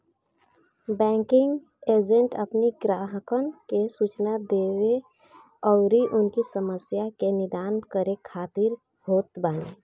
banking agent अपनी ग्राहकन के सूचना देवे अउरी उनकी समस्या के निदान करे खातिर होत बाने